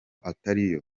atariyo